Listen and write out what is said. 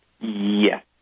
Yes